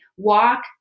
walk